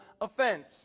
offense